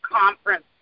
conference